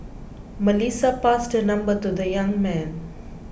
Melissa passed her number to the young man